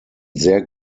sehr